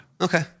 Okay